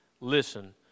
listen